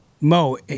Mo